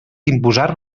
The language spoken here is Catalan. imposar